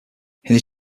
his